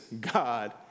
God